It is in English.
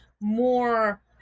more